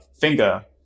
finger